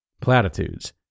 Platitudes